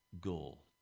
goal